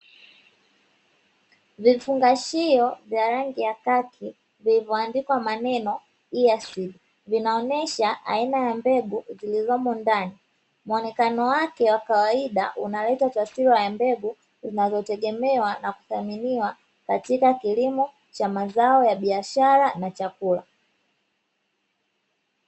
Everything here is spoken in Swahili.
Vifungashio vya rangi ya kaki vilivyoandikwa maneno "EASEED" vinaonyesha aina ya mbegu zilizomo ndani, muonekano wake wa kawaida unaleta taswira ya mbegu, zinazotegemewa na kuthaminiwa katika kilimo cha mazao ya biashara na chakula.